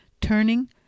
turning